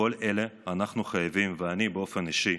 לכל אלה אנחנו חייבים, ואני, באופן אישי,